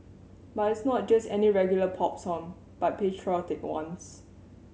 but it's not just any regular pop song but patriotic ones